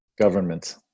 Government